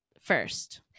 first